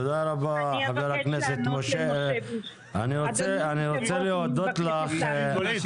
אדוני היושב ראש, אני מבקשת לענות למשה.